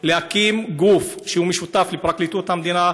להקים גוף משותף לפרקליטות המדינה,